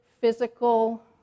physical